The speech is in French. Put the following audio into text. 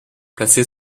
placée